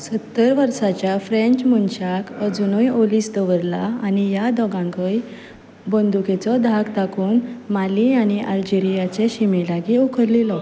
सत्तर वर्सांच्या फ्रँच मनशाक अजुनूय ओलीस दवल्ला आनी ह्या दोगांकय बंदुकेचो धाक दाखोवन माली आनी आल्जेरियाचे शिमे लागीं उखल्लिलो